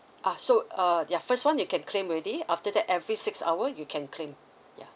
ah so uh ya first one you can claim already after that every six hour you can claim ya